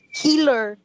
healer